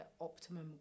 optimum